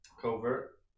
Covert